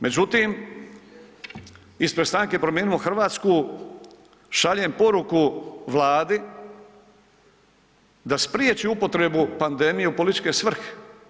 Međutim, ispred Stranke Promijenimo Hrvatsku šaljem poruku Vladi da spriječi upotrebu pandemije u političke svrhe.